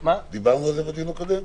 דיברנו על זה בדיון הקודם?